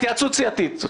התייעצות סיעתית.